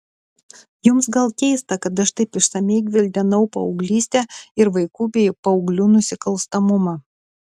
jums gal keista kad aš taip išsamiai gvildenau paauglystę ir vaikų bei paauglių nusikalstamumą